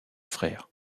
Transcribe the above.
frère